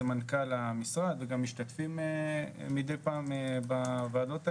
זה מנכ"ל המשרד וגם משתתפים מידי פעם בוועדות האלה.